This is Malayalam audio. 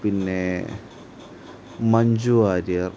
പിന്നെ മഞ്ജു വാരിയർ